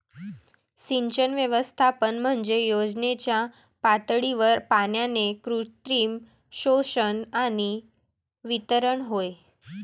सिंचन व्यवस्थापन म्हणजे योजनेच्या पातळीवर पाण्याचे कृत्रिम शोषण आणि वितरण होय